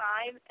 Five